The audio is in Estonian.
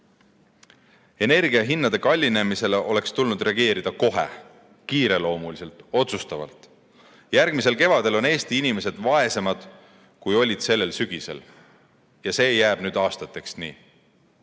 Energiahindade kallinemisele oleks tulnud reageerida kohe, kiireloomuliselt ja otsustavalt. Järgmisel kevadel on Eesti inimesed vaesemad, kui olid sellel sügisel. Ja see jääb nüüd aastateks nii.